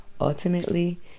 Ultimately